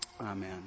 Amen